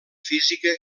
física